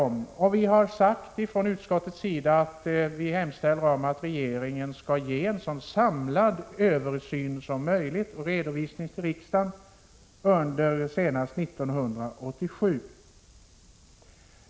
Vi i utskottet har hemställt om att regeringen skall göra en så samlad översyn som möjligt och redovisa för riksdagen senast år 1987.